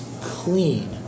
clean